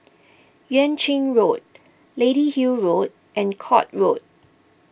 Yuan Ching Road Lady Hill Road and Court Road